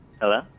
Hello